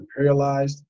imperialized